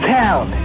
town